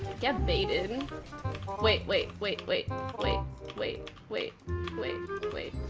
get baited and wait wait wait wait wait wait wait wait wait